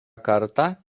kartą